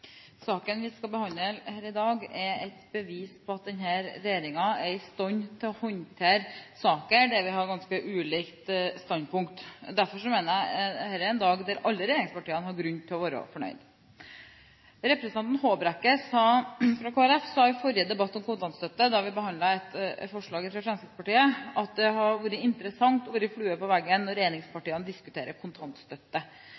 Saken vi skal behandle her i dag, er et bevis på at denne regjeringen er i stand til å håndtere saker der vi har ganske ulikt standpunkt. Derfor mener jeg at dette er en dag der alle regjeringspartiene har grunn til å være fornøyd. Representanten Håbrekke fra Kristelig Folkeparti sa i forrige debatt om kontantstøtte, da vi behandlet et forslag fra Fremskrittspartiet, at det hadde vært interessant å være «flue på veggen» når